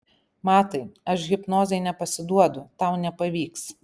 matai aš hipnozei nepasiduodu tau nepavyks